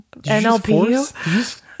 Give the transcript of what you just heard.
nlp